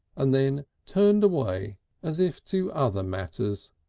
and then turned away as if to other matters,